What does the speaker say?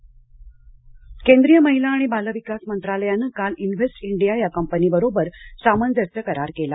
महिला बालविकास केंद्रीय महिला आणि बालविकास मंत्रालयानं काल इन्व्हेस्ट इंडिया या कंपनीबरोबर सामंजस्य करार केला